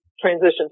transition